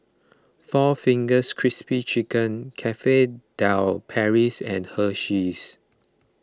four Fingers Crispy Chicken Cafe De Paris and Hersheys